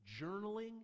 journaling